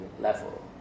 level